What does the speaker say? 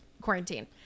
quarantine